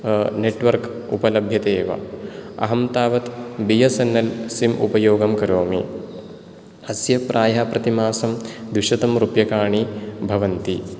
network उपलभ्यते एव अहं तावत् B S N L sim उपयोगं करोमि अस्य प्रायः प्रति मासं द्विशतं रूप्यकाणि भवन्ति